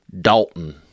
Dalton